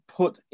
put